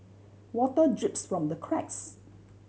water drips from the cracks